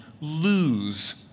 lose